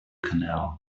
canal